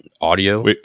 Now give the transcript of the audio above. audio